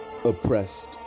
Oppressed